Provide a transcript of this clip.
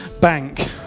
bank